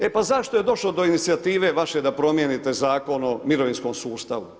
E pa zašto je došlo do inicijative vaše da promijenite zakon o mirovinskom sustavu?